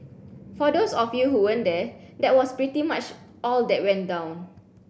for those of you who weren't there that was pretty much all that went down